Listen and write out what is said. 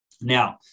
Now